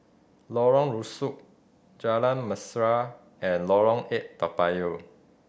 Lorong Rusuk Jalan Mesra and Lorong Eight Toa Payoh